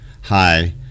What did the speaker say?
Hi